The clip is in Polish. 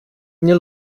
nie